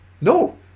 no